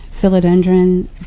philodendron